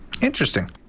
Interesting